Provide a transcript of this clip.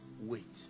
wait